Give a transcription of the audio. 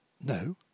No